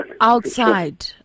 outside